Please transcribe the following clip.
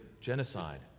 genocide